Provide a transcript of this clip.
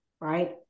right